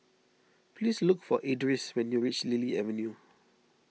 please look for Edris when you reach Lily Avenue